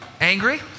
angry